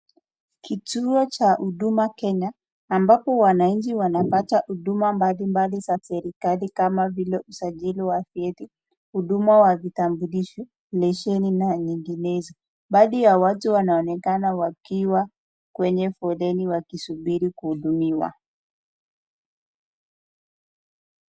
Kituo cha huduma Kenya ambapo wataalamu wanapata huduma mbalimbali za serikali kama vile usajili wa vyeti, huduma wa vitambulisho, leseni na nyinginezo. Baadhi ya watu wanaonekana wakiwa kwenye foleni wakisubiri kuhudumiwa.